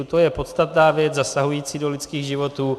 To je podstatná věc zasahující do lidských životů.